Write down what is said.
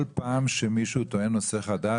כל פעם שמישהו טוען נושא חדש,